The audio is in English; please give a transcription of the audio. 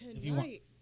tonight